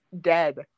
dead